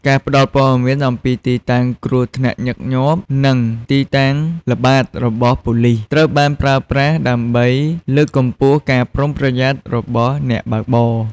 ការផ្ដល់ព័ត៌មានអំពីទីតាំងគ្រោះថ្នាក់ញឹកញាប់ និងទីតាំងល្បាតរបស់ប៉ូលិស ត្រូវបានប្រើប្រាស់ ដើម្បីលើកកម្ពស់ការប្រុងប្រយ័ត្នរបស់អ្នកបើកបរ។